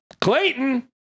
Clayton